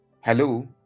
Hello